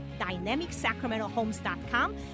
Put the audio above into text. dynamicsacramentohomes.com